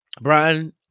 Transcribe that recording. Brian